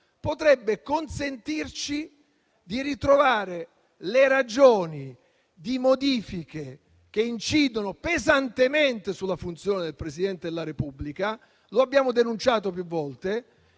potrebbe consentirci di ritrovare le ragioni di modifiche che incidono pesantemente sulla funzione del Presidente della Repubblica e lo abbiamo denunciato più volte.